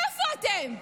איפה אתם?